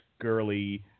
girly